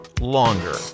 longer